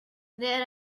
there